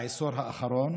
בעשור האחרון.